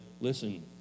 Listen